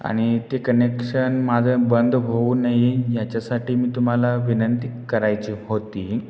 आणि ते कनेक्शन माझं बंद होऊ नये याच्यासाठी मी तुम्हाला विनंती करायची होती